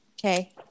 Okay